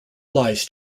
lies